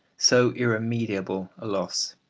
so irremediable, a loss.